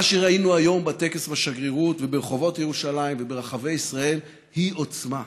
מה שראינו היום בטקס בשגרירות וברחובות ירושלים וברחבי ישראל הוא עוצמה.